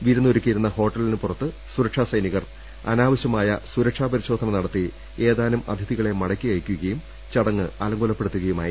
വിരുന്ന് ഒരുക്കിയിരുന്ന ഹോട്ടലിന് പുറത്ത് സുര ക്ഷാസൈനികർ അനാവശ്യമായ സുരക്ഷാപരിശോധന നടത്തി ഏതാനും അതി ഥികളെ മടക്കി അയയ്ക്കുകയും ചടങ്ങ് അലങ്കോലപ്പെടുത്തുകയുമായിരുന്നു